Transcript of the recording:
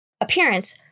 appearance